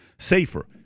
Safer